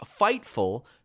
Fightful